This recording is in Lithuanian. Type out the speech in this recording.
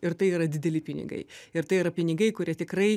ir tai yra dideli pinigai ir tai yra pinigai kurie tikrai